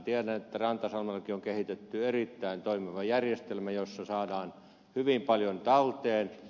tiedän että rantasalmellakin on kehitetty erittäin toimiva järjestelmä jossa saadaan hyvin paljon talteen